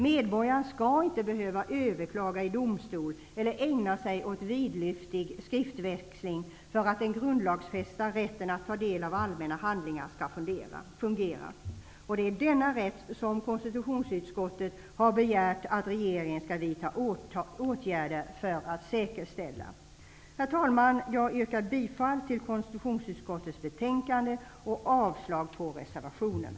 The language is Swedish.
Medborgaren skall inte behöva överklaga till domstol eller ägna sig åt vidlyftig skriftväxling för att den grundlagsfästa rätten att ta del av allmänna handlingar skall fungera. Det är denna rätt som konstitutionsutskottet har begärt att regeringen skall vidta åtgärder för att säkerställa. Herr talman! Jag yrkar bifall i hemställan i konstitutionsutskottets betänkande och avslag på reservationerna.